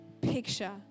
picture